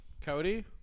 Cody